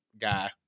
Guy